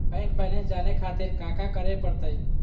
Bank balance जाने खातिर काका करे पड़तई?